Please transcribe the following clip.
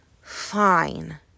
Fine